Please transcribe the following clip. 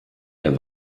der